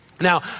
Now